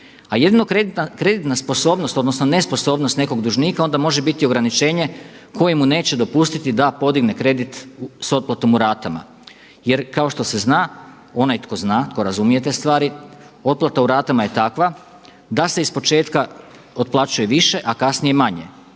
a jedino kreditna sposobnost odnosno nesposobnost nekog dužnika onda može biti ograničenje koje mu neće dopustiti da podigne kredit s otplatom u ratama. Jer kao što se zna onaj tko zna, tko razumije te stvari, otplata u ratama je takva da se iz početka otplaćuje više, a kasnije manje.